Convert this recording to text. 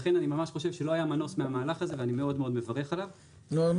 לכן אני ממש חושב שלא היה מנוס מהמהלך הזה ואני מברך עליו מאוד מאוד.